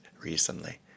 recently